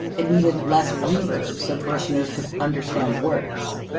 it needed less reverb so parishioners could understand the words.